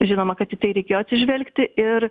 žinoma kad į tai reikėjo atsižvelgti ir